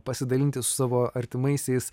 pasidalinti su savo artimaisiais